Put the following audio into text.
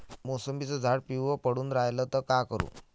मोसंबीचं झाड पिवळं पडून रायलं त का करू?